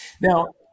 Now